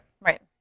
Right